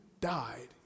died